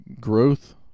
growth